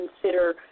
consider